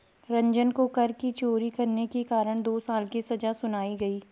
रंजन को कर की चोरी करने के कारण दो साल की सजा सुनाई गई